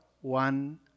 one